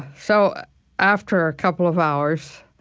so after a couple of hours,